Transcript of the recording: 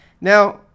Now